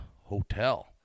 hotel